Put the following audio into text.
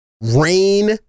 Rain